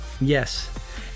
Yes